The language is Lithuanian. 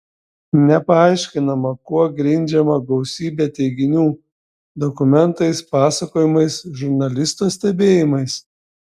nepaaiškinama kuo grindžiama gausybė teiginių dokumentais pasakojimais žurnalisto stebėjimais